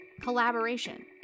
collaboration